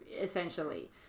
essentially